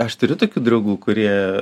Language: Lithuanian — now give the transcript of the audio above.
aš turiu tokių draugų kurie